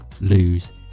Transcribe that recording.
lose